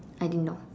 I didn't know